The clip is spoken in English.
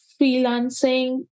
freelancing